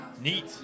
Neat